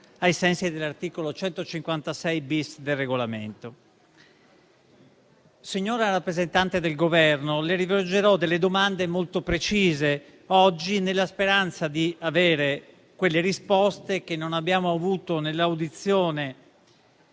ai sensi dell'articolo 156-*bis* del Regolamento. Signora rappresentante del Governo, oggi le rivolgerò alcune domande molto precise, nella speranza di avere le risposte che non abbiamo avuto dall'audizione